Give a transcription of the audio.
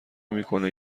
میکنه